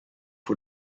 for